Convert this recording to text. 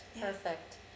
Perfect